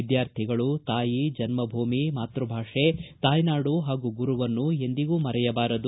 ವಿದ್ಯಾರ್ಥಿಗಳು ತಾಯಿ ಜನ್ನಭೂಮಿ ಮಾತ್ಯಭಾಷೆ ತಾಯ್ಯಾಡು ಹಾಗೂ ಗುರುವನ್ನು ಎಂದಿಗೂ ಮರೆಯಬಾರದು